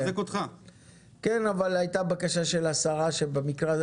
אבל הייתה בקשה של השרה שבמקרה הזה,